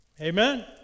Amen